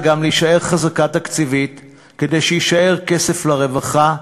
זה גם להישאר חזקה תקציבית כדי שיישאר כסף לרווחה,